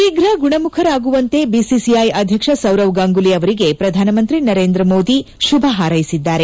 ಶೀಫ್ರ ಗುಣಮುಖರಾಗುವಂತೆ ಬಿಸಿಸಿಐ ಅಧ್ಯಕ್ಷ ಸೌರವ್ ಗಂಗೂಲಿ ಅವರಿಗೆ ಪ್ರಧಾನಮಂತ್ರಿ ನರೇಂದ್ರ ಮೋದಿ ಶುಭ ಹಾರೈಸಿದ್ದಾರೆ